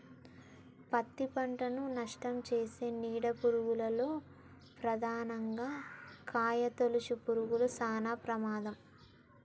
పత్తి పంటను నష్టంచేసే నీడ పురుగుల్లో ప్రధానంగా కాయతొలుచు పురుగులు శానా ప్రమాదం